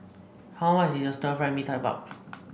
how much is Stir Fry Mee Tai Mak